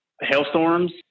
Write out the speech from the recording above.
hailstorms